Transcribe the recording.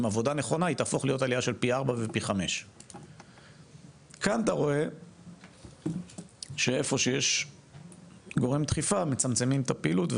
עם עבודה נכונה היא תהוך להיות עלייה של פי 4 ופי 5. כאן אתה רואה שאיפה שיש גורם דחיפה מצמצמים את הפעילות,